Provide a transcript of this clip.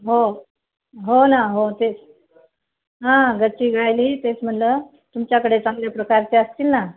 हो हो ना हो तेच हां गच्ची राहिली तेच म्हटलं तुमच्याकडे चांगल्या प्रकारचे असतील ना